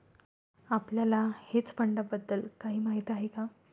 आपल्याला हेज फंडांबद्दल काही माहित आहे का?